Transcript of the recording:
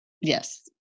Yes